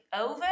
over